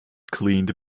cleaned